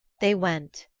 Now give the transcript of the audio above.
they went,